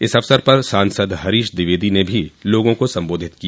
इस अवसर पर सांसद हरीश द्विवेदी ने भी लोगों को सम्बोधित किया